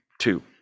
two